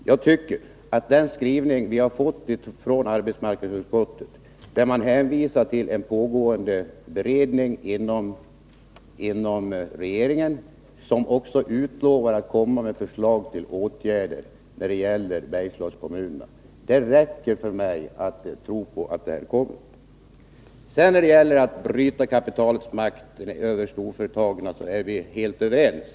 Den skrivning i arbetsmarknadsutskottets betänkande där man hänvisar till en pågående beredning inom regeringen, som man också har utlovat skall komma med förslag till åtgärder för Bergslagskommunerna, räcker för mig. Jag tror att det kommer sådana åtgärder. När det gäller nödvändigheten av att man bryter kapitalets makt över storföretagen är vi helt överens.